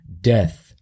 death